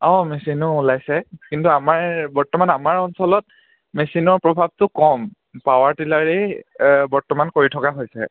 অঁ মেচিনো ওলাইছে কিন্তু আমাৰ বৰ্তমান আমাৰ অঞ্চলত মেচিনৰ প্ৰভাৱটো কম পাৱাৰ টিলাৰেই বৰ্তমান কৰি থকা হৈছে